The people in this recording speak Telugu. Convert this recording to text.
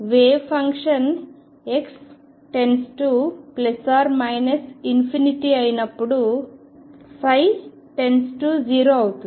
వేవ్ ఫంక్షన్ x→±∞ అయినప్పుడు ψ→0 అవుతుంది